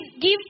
give